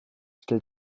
stell